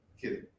Kidding